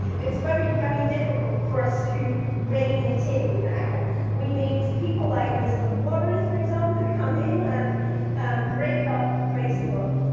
it's very, very difficult for us to rein it in. now we need people like elizabeth warren, for example, to come in and break up facebook.